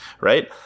right